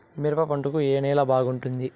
మిరప పంట కు ఏ నేల బాగుంటుంది?